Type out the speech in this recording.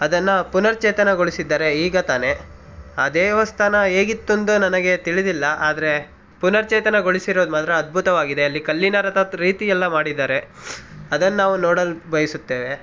ಅದನ್ನು ಪುನರ್ ಚೇತನಗೊಳಿಸಿದ್ದಾರೆ ಈಗ ತಾನೇ ಆ ದೇವಸ್ಥಾನ ಹೇಗಿತ್ತಂದು ನನಗೆ ತಿಳಿದಿಲ್ಲ ಆದ್ರೆ ಪುನರ್ ಚೇತನಗೊಳಿಸಿರೋದು ಮಾತ್ರ ಅದ್ಭುತವಾಗಿದೆ ಅಲ್ಲಿ ಕಲ್ಲಿನ ರಥದ ರೀತಿ ಎಲ್ಲ ಮಾಡಿದ್ದಾರೆ ಅದನ್ನ ನಾವು ನೋಡಲು ಬಯಸುತ್ತೇವೆ